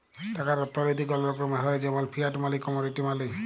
টাকার অথ্থলৈতিক অলেক রকমের হ্যয় যেমল ফিয়াট মালি, কমোডিটি মালি